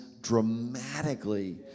dramatically